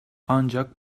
ancak